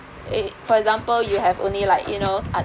uh for example you have only like you know